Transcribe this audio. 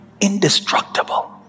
indestructible